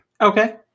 Okay